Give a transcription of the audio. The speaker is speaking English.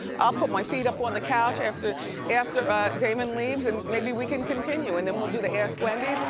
i'll put my feet up on the couch after after ah daymond leaves and maybe we can continue. and then we'll do the ask wendys and,